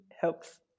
helps